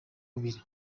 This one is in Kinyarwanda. bubiri